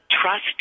Trust